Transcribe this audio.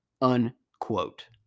Unquote